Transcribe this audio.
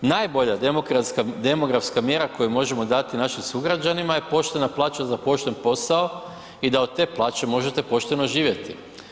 Najbolja demografska mjera koju možemo dati našim sugrađanima je poštena plaća za pošten posao i da od te plaće možete pošteno živjeti.